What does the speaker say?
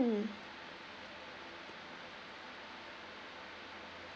~(mm)